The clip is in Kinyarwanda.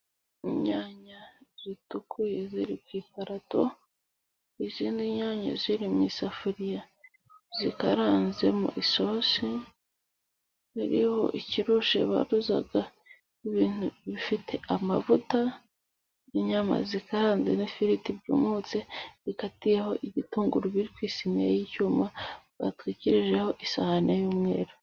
Inyanya zitukuye ziri ku iparato, izindi nyanya ziri mu isafuriya zikaranze mu isosi, biriho ikirushi baruza ibintu bifite amavuta, inyama zikaranze n'ifiriti byumutse bikatiyeho igitunguru biri ku isiniya y'icyuma batwikirijeho isahani y'umweru.